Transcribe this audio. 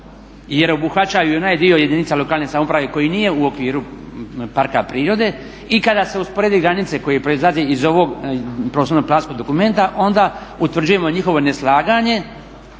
jer obuhvaćaju i onaj dio jedinice lokalne samouprave koji nije u okviru parka prirode i kada se usporedi granice koje proizlaze iz ovog prostorno planskog dokumenta onda utvrđujemo njihovo neslaganje,